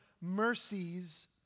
mercies